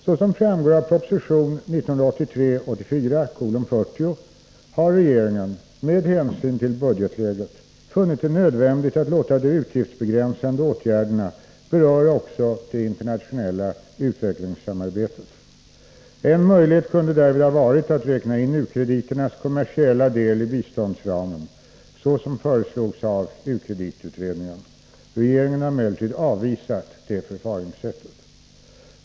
Såsom framgår av propositionen 1983/84:40 har regeringen — med hänsyn till budgetläget — funnit det nödvändigt att låta de utgiftsbegränsande åtgärderna beröra också det internationella utvecklingssamarbetet. En möjlighet kunde därvid ha varit att räkna in u-krediternas kommersiella del i biståndsramen så som föreslogs av u-kreditutredningen. Regeringen har emellertid avvisat det förfaringssättet.